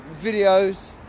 videos